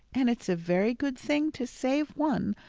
and it's a very good thing to save one,